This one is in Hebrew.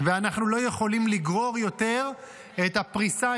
ואנחנו לא יכולים לגרור יותר את הפריסה,